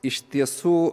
iš tiesų